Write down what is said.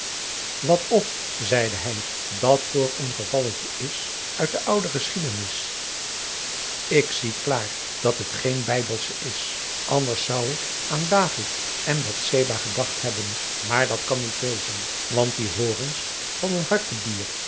wouter blommesteyn een gevalletje is uit de oude geschiedenis ik zie klaar dat het geen bijbelsche is anders zou ik aan david en batseba gedacht hebben maar dat kan niet wezen want die horens van een